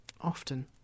Often